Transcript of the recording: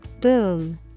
Boom